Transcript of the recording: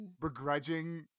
begrudging